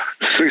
six